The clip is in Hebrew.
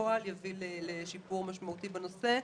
לפועל השבוע יביא לשיפור משמעותי בנושא.